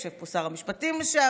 יושב פה שר המשפטים לשעבר,